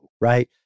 right